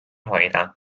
hoida